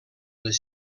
les